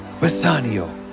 Bassanio